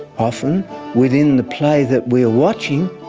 often within the play that we are watching,